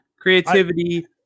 creativity